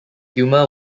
humor